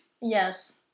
Yes